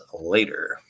later